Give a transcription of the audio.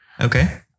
Okay